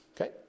okay